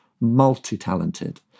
multi-talented